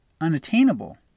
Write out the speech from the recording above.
unattainable